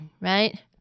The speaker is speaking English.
right